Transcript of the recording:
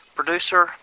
producer